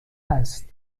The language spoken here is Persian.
است